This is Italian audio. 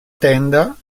tenuta